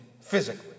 physically